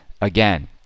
again